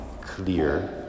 clear